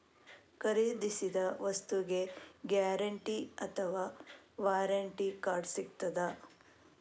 ಖರೀದಿಸಿದ ವಸ್ತುಗೆ ಗ್ಯಾರಂಟಿ ಅಥವಾ ವ್ಯಾರಂಟಿ ಕಾರ್ಡ್ ಸಿಕ್ತಾದ?